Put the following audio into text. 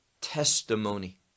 testimony